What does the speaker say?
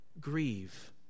Grieve